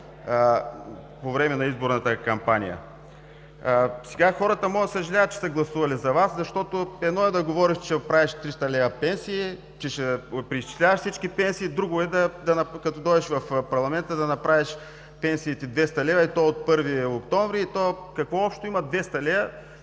време на изборната кампания. Сега хората могат да съжаляват, че са гласували за Вас, защото едно е да говориш, че ще правиш 300 лв. пенсии, че ще преизчисляваш всички пенсии – друго е, като дойдеш в парламента, да направиш пенсиите 200 лв., и то от 1 октомври. Има ли